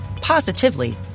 positively